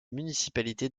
municipalité